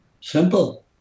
Simple